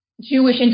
Jewish